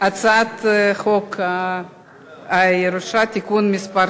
חוק הירושה (תיקון מס'